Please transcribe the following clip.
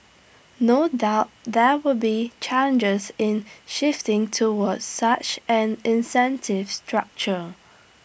no doubt there will be challenges in shifting towards such an incentive structure